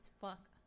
fuck